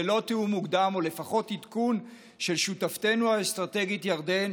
ללא תיאום מוקדם או לפחות עדכון של שותפתנו האסטרטגית ירדן,